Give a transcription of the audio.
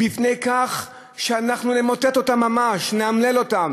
בפני כך שאנחנו נמוטט אותם ממש, נאמלל אותם.